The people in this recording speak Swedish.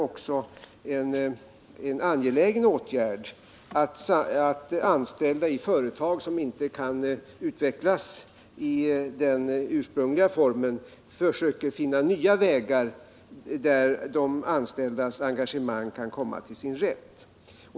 Det är angeläget att företag som inte kan utvecklas i den ursprungliga formen försöker finna nya vägar, där de anställdas engagemang kan komma till sin rätt.